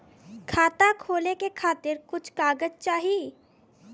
खाता खोले के खातिर कुछ कागज चाही?